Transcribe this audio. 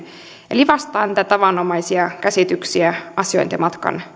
eli vastaa niitä tavanomaisia käsityksiä asiointimatkan